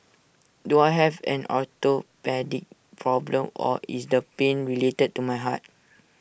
do I have an orthopaedic problem or is the pain related to my heart